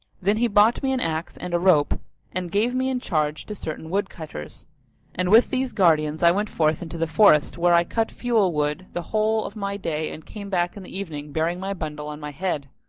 then he bought me an axe and a rope and gave me in charge to certain wood cutters and with these guardians i went forth into the forest, where i cut fuel wood the whole of my day and came back in the evening bearing my bundle on my head.